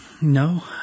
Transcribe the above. No